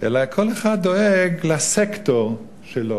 אלא כל אחד דואג לסקטור שלו.